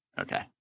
Okay